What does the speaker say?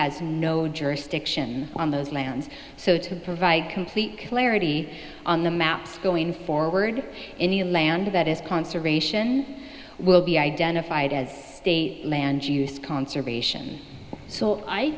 has no jurisdiction on those lands so to provide complete clarity on the maps going forward any land that is conservation will be identified as state land use conservation so i